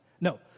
No